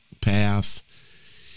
path